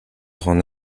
grande